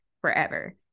forever